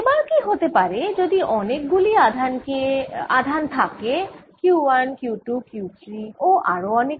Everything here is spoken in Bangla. এবার কি হতে পারে যদি অনেক গুলি আধান থাকে Q1 Q2 Q3 ও আর অনেক